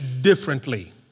differently